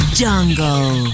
jungle